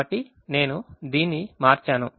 కాబట్టి నేను దీన్ని మార్చాను